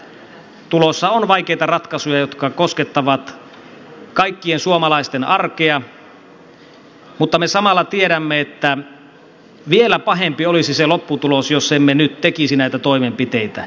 on selvää että tulossa on vaikeita ratkaisuja jotka koskettavat kaikkien suomalaisten arkea mutta me samalla tiedämme että vielä pahempi olisi se lopputulos jos emme nyt tekisi näitä toimenpiteitä